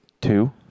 Two